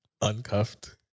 uncuffed